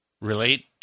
relate